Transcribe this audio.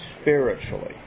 spiritually